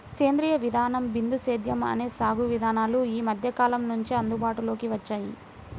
సేంద్రీయ విధానం, బిందు సేద్యం అనే సాగు విధానాలు ఈ మధ్యకాలం నుంచే అందుబాటులోకి వచ్చాయి